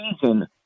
season